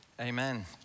Amen